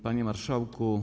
Panie Marszałku!